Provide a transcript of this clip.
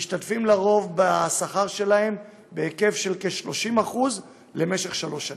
משתתפים לרוב בשכר שלהן בהיקף של כ-30% למשך שלוש שנים.